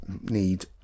need